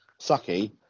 sucky